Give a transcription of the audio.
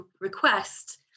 request